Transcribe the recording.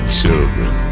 children